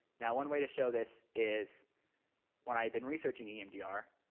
now, one way to show this is when i've been researching emdr,